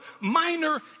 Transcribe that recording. minor